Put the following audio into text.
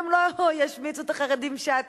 אם הם לא ישמיצו את החרדים שעתיים?